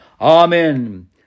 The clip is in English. Amen